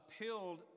appealed